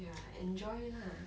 !aiya! enjoy lah